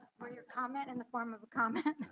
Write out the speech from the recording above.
or your comment in the form of a comment.